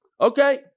Okay